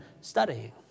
studying